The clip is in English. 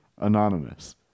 Anonymous